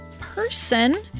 person